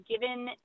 given